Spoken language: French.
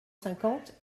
cinquante